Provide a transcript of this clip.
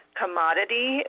commodity